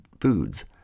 Foods